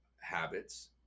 habits